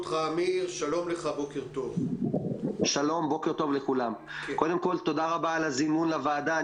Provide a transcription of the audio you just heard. שלום, קודם כל תודה רבה על הזימון לוועדה.